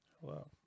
hello